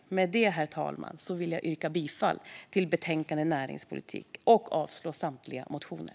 Med det, herr talman, vill jag yrka bifall till utskottets förslag i betänkandet och avslag på samtliga motioner.